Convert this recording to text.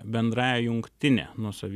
bendrąja jungtine nuosavy